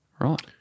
Right